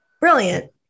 brilliant